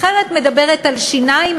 אחרת מדברת על שיניים,